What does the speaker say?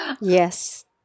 Yes